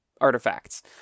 artifacts